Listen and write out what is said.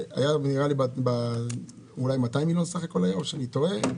200 מיליון סך הכול היה או שאני טועה.